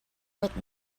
but